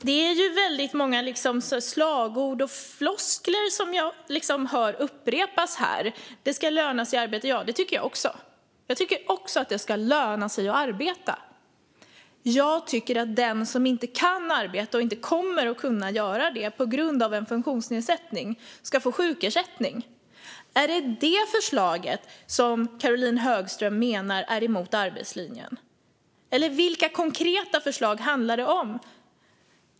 Herr talman! Det är många slagord och floskler som jag hör upprepas här. Det ska löna sig att arbeta. Ja, det tycker jag också. Men jag tycker också att den som inte kan arbeta och inte kommer att kunna göra det på grund av en funktionsnedsättning ska få sjukersättning. Är det detta förslag som Caroline Högström menar är emot arbetslinjen? Eller vilka konkreta förslag handlar det om?